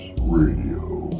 Radio